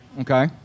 Okay